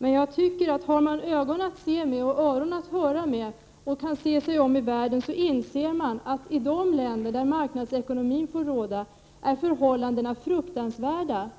Men jag tycker att har man ögon att se med och öron att höra med, och ser sig om i världen, så inser man att i de länder där marknadsekonomin får råda är förhållandena fruktansvärda.